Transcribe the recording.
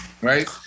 Right